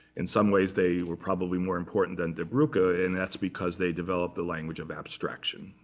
in some ways, they were probably more important than die brucke ah and that's because they developed a language of abstraction,